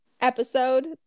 episode